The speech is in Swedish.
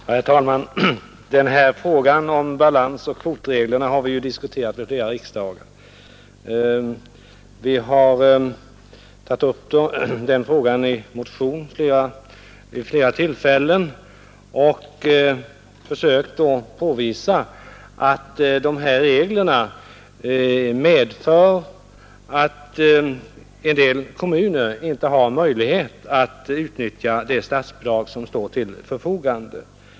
Herr talman! Den här frågan om balansoch kvotreglerna har vi ju diskuterat vid flera riksdagar. Vi har tagit upp frågan i motioner vid flera tillfällen och försökt påvisa att dessa regler medför att en del kommuner inte har möjlighet att utnyttja det statsbidrag som står till förfogande.